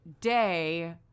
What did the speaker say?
day